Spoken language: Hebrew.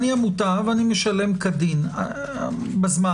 אני עמותה ומשלם בזמן.